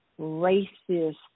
racist